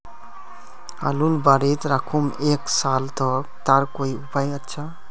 आलूर बारित राखुम एक साल तक तार कोई उपाय अच्छा?